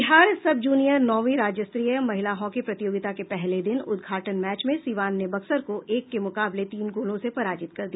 बिहार सब जूनियर नौवीं राज्यस्तरीय महिला हॉकी प्रतियोगिता के पहले दिन उद्घाटन मैच में सीवान ने बक्सर को एक के मुकाबले तीन गोलों से पराजित कर दिया